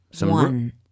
one